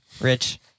Rich